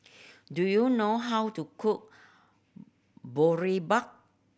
do you know how to cook Boribap